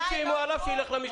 מי שאיימו עליו שיילך למשטרה.